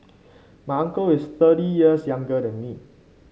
my uncle is thirty years younger than me